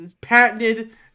patented